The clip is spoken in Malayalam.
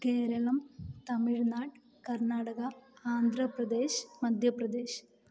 കേരളം തമിഴ്നാട് കർണ്ണാടക ആന്ധ്രപ്രദേശ് മധ്യപ്രദേശ്